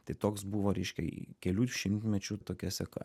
tai toks buvo ryškiai kelių šimtmečių tokia seka